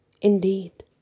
indeed